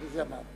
מי זה אמר?